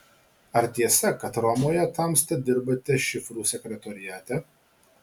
ar tiesa kad romoje tamsta dirbate šifrų sekretoriate